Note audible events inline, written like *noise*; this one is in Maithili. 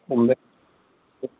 *unintelligible*